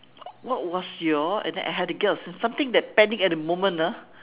what was your and then I had to get out of something that panic at the moment ah